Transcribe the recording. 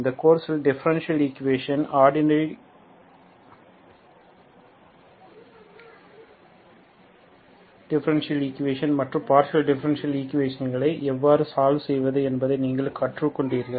இந்த கோர்ஸில் differential equation ordinary differential equation மற்றும் பார்ஷியல் டிஃபரண்ஷியல் ஈக்குவேஷன்களை எவ்வாறு சால்வ் செய்வது என்பதை நீங்கள் கற்றுக்கொண்டீர்கள்